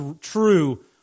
true